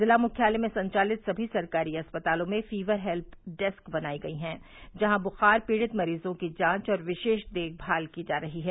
ज़िला मुख्यालय में संचालित सभी सरकारी अस्पतालों में फ़ीवर हेल्प डेस्क बनाई गई है जहां बुखार पीड़ित मरीजों की जांच और विशेष देखभाल की जा रही है